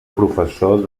professor